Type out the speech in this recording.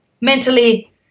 mentally